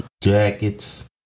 Jackets